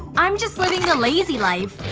i'm just living the lazy life.